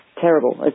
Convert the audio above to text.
terrible